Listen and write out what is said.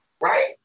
right